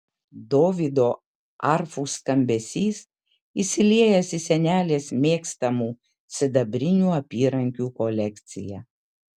dovydo arfų skambesys įsiliejęs į senelės mėgstamų sidabrinių apyrankių kolekciją